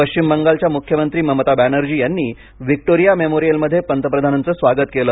पश्चिम बंगालच्या मुख्यमंत्री ममता बॅनर्जी यांनी व्हिक्टोरिया मेमोरियलमध्ये पंतप्रधानांचे स्वागत केले